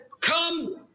come